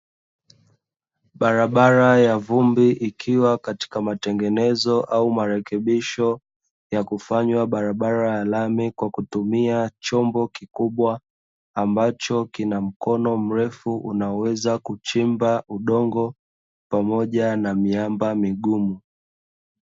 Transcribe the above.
Barabara ya vumbi, ikiwa katika matengenezo au marekebisho ya kufanywa barabara ya lami kwa kutumia chombo kikubwa, ambacho kina mkono mrefu unaoweza kuchimba udongo pamoja na miamba migumu.